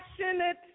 passionate